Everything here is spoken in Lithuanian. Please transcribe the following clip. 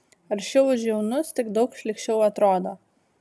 aršiau už jaunus tik daug šlykščiau atrodo